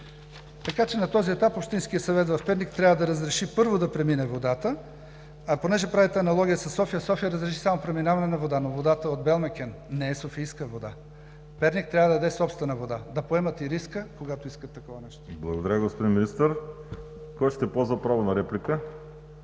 Така че на този етап Общинският съвет в Перник трябва да разреши първо да премине водата, а понеже правите аналогия със София – София разреши само преминаване на вода, но водата е от „Белмекен“ – не е софийска вода. Перник трябва да даде собствена вода – да поемат и риска, когато искат такова нещо. ПРЕДСЕДАТЕЛ ВАЛЕРИ СИМЕОНОВ: Благодаря, господин Министър. Кой ще ползва право на реплика?